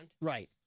right